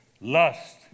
lust